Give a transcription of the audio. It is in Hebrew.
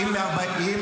אני כן בעמדה לדבר על זה,